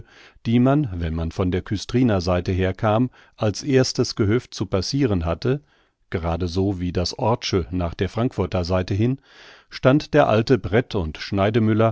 die man wenn man von der küstriner seite her kam als erstes gehöft zu passiren hatte gerade so wie das orth'sche nach der frankfurter seite hin stand der alte brett und